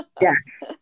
Yes